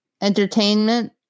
entertainment